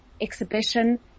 exhibition